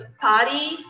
party